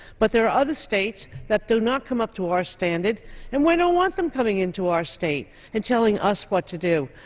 but there are other states that do not come up to our standard and we don't want them coming into our state and telling us what to do.